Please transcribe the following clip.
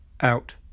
out